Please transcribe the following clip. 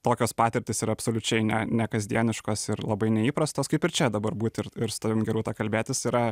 tokios patirtys yra absoliučiai ne nekasdieniškos ir labai neįprastos kaip ir čia dabar būt ir ir su tavim gerūta kalbėtis yra